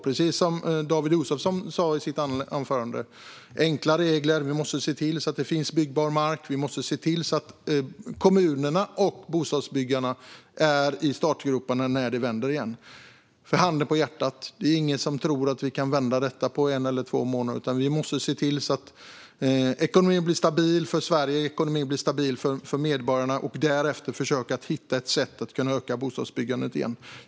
Precis som David Josefsson sa i sitt anförande gäller det att ha enkla regler. Vi måste se till att det finns byggbar mark och att kommunerna och bostadsbyggarna är i startgroparna när det vänder igen. Handen på hjärtat: Det är ingen som tror att vi kan vända detta på en eller två månader, utan vi måste se till att ekonomin blir stabil för Sverige och för medborgarna och därefter försöka att hitta ett sätt att öka bostadsbyggandet igen.